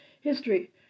history